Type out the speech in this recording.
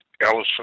Ellison